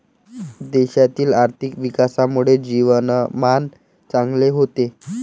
देशातील आर्थिक विकासामुळे जीवनमान चांगले होते